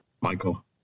Michael